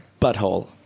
Butthole